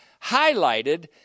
highlighted